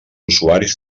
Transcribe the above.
usuaris